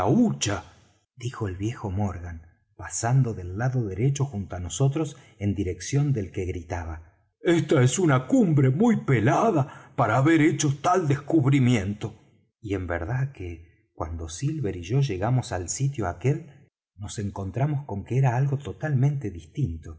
hucha dijo el viejo morgan pasando del lado derecho junto á nosotros en dirección del que gritaba esta es una cumbre muy pelada para haber hecho tal descubrimiento y en verdad que cuando silver y yo llegamos al sitio aquel nos encontramos con que era algo totalmente distinto